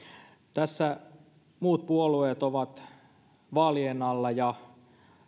tässä muut puolueet ovat vaalien alla ja